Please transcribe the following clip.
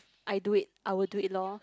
I do it I'll do it loh